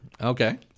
Okay